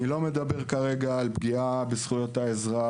אני לא מדבר כרגע על פגיעה בזכויות האזרח,